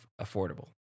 affordable